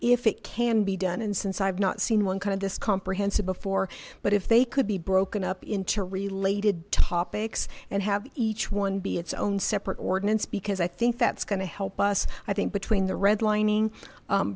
if it can be done and since i've not seen one kind of this comprehensive before but if they could be broken up into related topics and have each one be its own separate ordinance because i think that's going to help us i think between the redlining